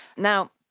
now,